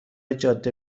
جاده